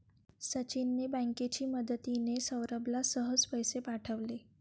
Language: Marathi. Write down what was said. सचिनने बँकेची मदतिने, सौरभला सहज पैसे पाठवले